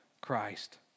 Christ